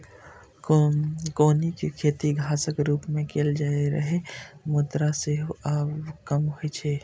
कौनी के खेती घासक रूप मे कैल जाइत रहै, मुदा सेहो आब कम होइ छै